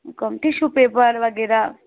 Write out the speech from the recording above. کم tissue paper وغیرہ